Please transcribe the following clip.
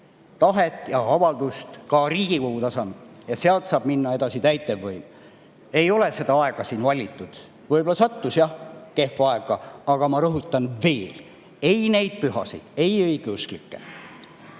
tahet ja avaldust ka Riigikogu tasandil ja sealt saab minna edasi täitevvõim. Ei ole seda aega valitud. Võib-olla sattus jah kehv aeg, aga ma rõhutan veel: ei neid pühasid, ei õigeusklikke,